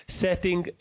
setting